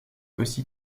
aussi